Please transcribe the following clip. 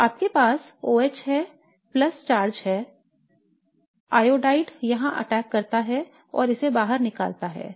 तो आपके पास OH है प्लस चार्ज है आयोडाइड यहां अटैक करता है और इसे बाहर निकालता है